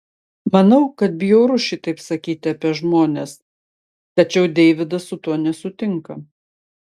manau kad bjauru šitaip sakyti apie žmones tačiau deividas su tuo nesutinka